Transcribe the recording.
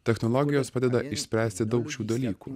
technologijos padeda išspręsti daug šių dalykų